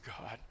God